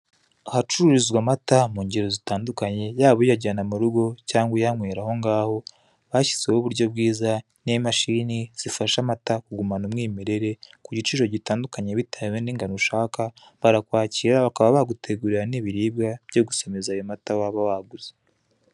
Ahacururizwa amata mu ngero zitandukanye, yaba uyajyana mu rugo, cyangwa uyanywera ahongaho, hashyizweho uburyo bwiza, n'imashini zifasha amata kugumana umwimerere, ku giciro gitandukanye, bitewe n'ingano ushaka, barakwakira, bakaba bagutegurera n'ibiribwa byo gusomeza ayo mata waba waguze.